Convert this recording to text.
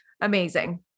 amazing